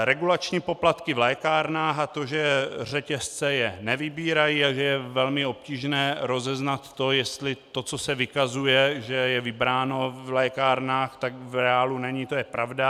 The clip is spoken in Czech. Regulační poplatky v lékárnách, a to, že je řetězce je nevybírají a že je velmi obtížné rozeznat to, jestli to, co se vykazuje, že je vybráno v lékárnách, tak v reálu není, to je pravda...